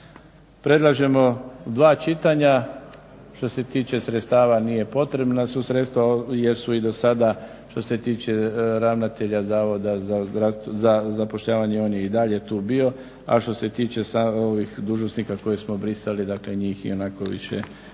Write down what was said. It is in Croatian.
Predlažemo dva čitanja. Što se tiče sredstava nije potrebna, sredstva jesu i do sada što se tiče ravnatelja HZZ-a on je i dalje tu bio, a što se tiče dužnosnika koje smo brisali ionako više nemaju